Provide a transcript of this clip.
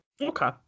Okay